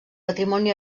patrimoni